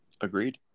Agreed